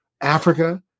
Africa